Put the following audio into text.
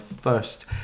first